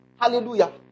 Hallelujah